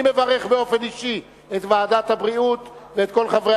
אני מברך באופן אישי את ועדת הבריאות ואת כל חברי